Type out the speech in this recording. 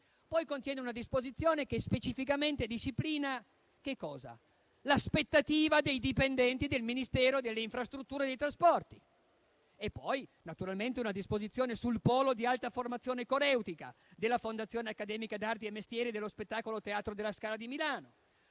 Tremestieri; una disposizione che specificamente disciplina l'aspettativa dei dipendenti del Ministero delle infrastrutture e dei trasporti; e poi, naturalmente, una disposizione sul Polo di alta formazione coreutica della Fondazione accademica d'arti e mestieri dello spettacolo Teatro alla Scala di Milano;